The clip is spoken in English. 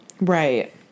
Right